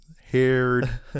haired